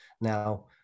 now